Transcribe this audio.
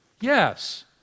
Yes